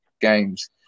games